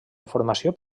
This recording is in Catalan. informació